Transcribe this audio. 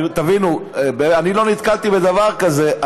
תבינו, אני לא נתקלתי בדבר כזה.